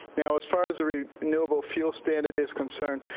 now, as far as the renewable fuel standard is concerned,